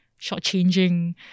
shortchanging